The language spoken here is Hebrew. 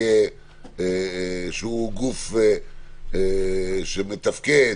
שהוא גוף שמתפקד,